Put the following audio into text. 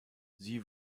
sie